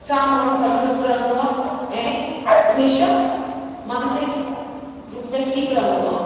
सां माण्हू तंदुरुस्तु रहंदो आहे ऐं हमेशा मानसिक रूपु में ठीकु रहंदो आहे